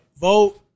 Vote